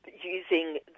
using